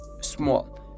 small